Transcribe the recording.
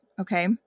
Okay